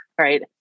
right